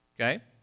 okay